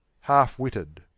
half-witted